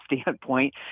standpoint